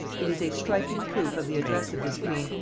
it is a striking proof of the address of this queen,